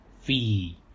Fee